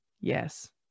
Yes